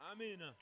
Amen